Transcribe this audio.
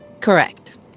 Correct